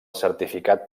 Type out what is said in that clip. certificat